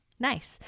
Nice